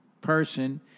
person